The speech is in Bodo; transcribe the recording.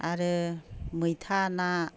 आरो मैथा ना